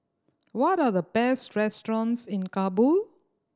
what are the best restaurants in Kabul